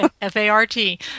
F-A-R-T